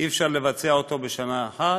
אי-אפשר לבצע אותו בשנה אחת.